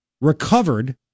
recovered